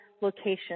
location